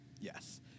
Yes